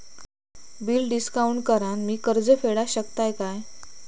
Bill discount करान मी कर्ज फेडा शकताय काय?